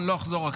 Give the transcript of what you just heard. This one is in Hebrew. אני לא אחזור על